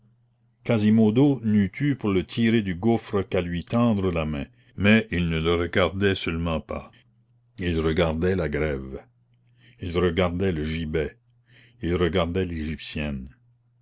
quasimodo n'eût eu pour le tirer du gouffre qu'à lui tendre la main mais il ne le regardait seulement pas il regardait la grève il regardait le gibet il regardait l'égyptienne